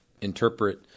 interpret